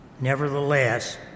Nevertheless